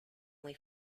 muy